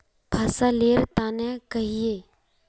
फसल लेर तने कहिए?